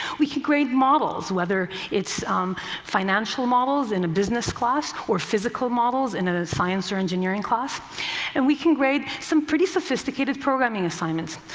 we can grade models, whether it's financial models in a business class or physical models in a science or engineering class and we can grade some pretty sophisticated programming assignments.